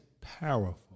powerful